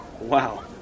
Wow